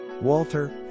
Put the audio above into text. Walter